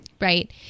Right